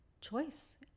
choice